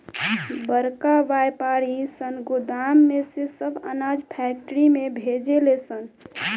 बड़का वायपारी सन गोदाम में से सब अनाज फैक्ट्री में भेजे ले सन